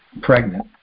pregnant